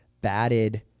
batted